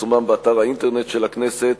לפרסומם באתר האינטרנט של הכנסת.